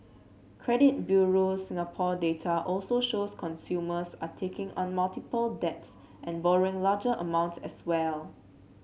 credit Bureau Singapore data also shows consumers are taking on multiple debts and borrowing larger amounts as well